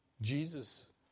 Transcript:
Jesus